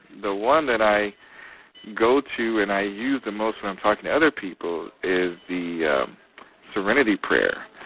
the one that i go to and i use the most when i'm talking to other people is the serenity prayer.